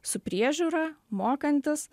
su priežiūra mokantis